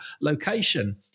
Location